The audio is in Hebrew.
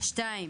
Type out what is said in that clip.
דבר שני,